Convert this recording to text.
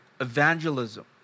evangelism